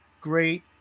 great